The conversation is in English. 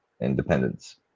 independence